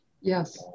Yes